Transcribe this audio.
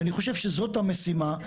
ואני חושב שזאת המשימה.